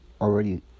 already